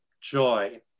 joy